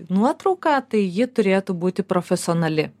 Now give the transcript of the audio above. nuotrauką tai ji turėtų būti profesionali